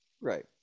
Right